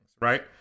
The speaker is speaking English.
right